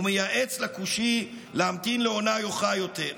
ומייעץ לכושי להמתין לעונה נוחה יותר".